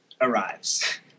arrives